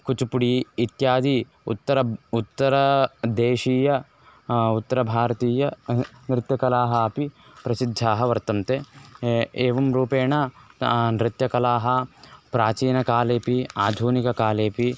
कुचुपुडि इत्यादि उत्तरः उत्तरदेशीय उत्तरभारतीय नृत्यकलाः अपि प्रसिद्धाः वर्तन्ते एवं रूपेण नृत्यकलाः प्राचीनकालेपि आधुनिककालेपि